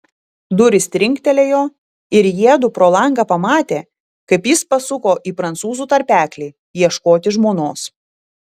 durys trinktelėjo ir jiedu pro langą pamatė kaip jis pasuko į prancūzų tarpeklį ieškoti žmonos